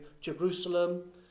Jerusalem